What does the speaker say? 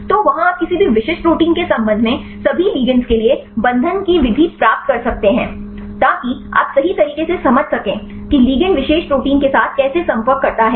तो वहाँ आप किसी भी विशिष्ट प्रोटीन के संबंध में सभी लिगेंड के लिए बंधन की विधि प्राप्त कर सकते हैं ताकि आप सही तरीके से समझ सकें कि लिगैंड विशेष प्रोटीन के साथ कैसे संपर्क करते हैं